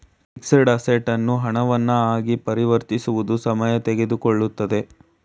fixed assets ಅನ್ನು ಹಣವನ್ನ ಆಗಿ ಪರಿವರ್ತಿಸುವುದು ಸಮಯ ತೆಗೆದುಕೊಳ್ಳುತ್ತದೆ